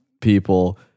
people